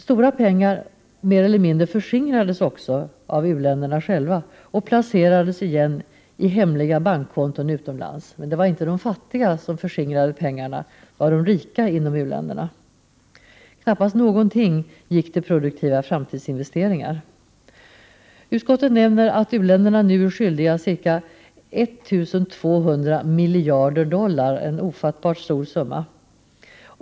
Stora pengar mer eller mindre förskingrades också av u-länderna själva och placerades i hemliga bankkonton utomlands, men det var inte de fattiga som förskingrade pengarna utan de rika inom u-länderna. Knappast någonting gick till produktiva framtidsinvesteringar. Utskottet nämner att u-länderna nu är skyldiga ca 1 200 miljarder dollar, en ofattbart stor summa.